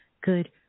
good